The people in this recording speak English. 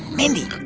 mindy,